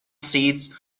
seeds